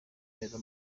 neza